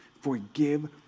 forgive